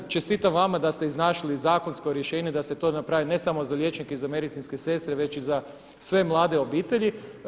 I ja čestitam vama da ste iznašli zakonsko vrijeme da se to napravi ne samo za liječnike i za medicinske sestre već i za sve mlade obitelji.